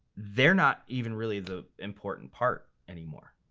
they're not even really the important part anymore.